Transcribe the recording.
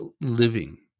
living